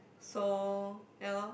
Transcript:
so ya lor